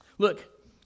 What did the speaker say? Look